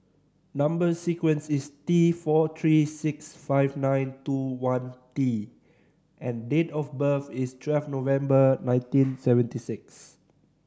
number sequence is T four three six five nine two one T and date of birth is twelve November nineteen seventy six